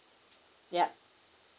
ya